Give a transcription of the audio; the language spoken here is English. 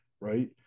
right